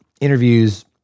interviews